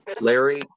Larry